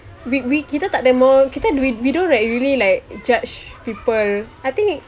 we we kita takde mahu kita we we don't like really like judge people I think